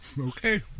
Okay